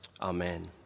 amen